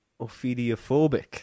Ophidiophobic